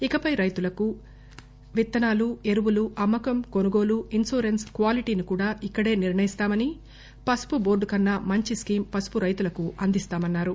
ఇకపై రైతులకు విత్తనాలు ఎరువులు అమ్మకం కొనుగోలు ఇన్సూరెన్స్ క్వాలిటీని కూడా ఇక్కడే నిర్ణయిస్తామని పసుపు బోర్టు కన్నా మంచి స్కీమ్ పసుపు రైతులకు అందిస్తామన్నారు